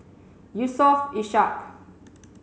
Yusof Ishak